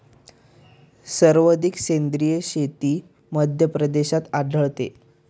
सर्वाधिक सेंद्रिय शेती मध्यप्रदेशात आढळते